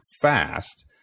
fast